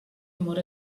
amor